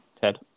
Ted